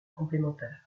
complémentaires